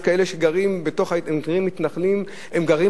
יש כאלה שנקראים "מתנחלים" והם גרים